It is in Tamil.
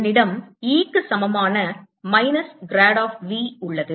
என்னிடம் E க்கு சமமான மைனஸ் grad of V உள்ளது